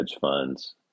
funds